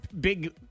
big